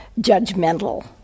judgmental